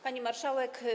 Pani Marszałek!